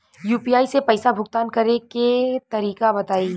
UPI से पईसा भुगतान करे के तरीका बताई?